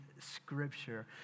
Scripture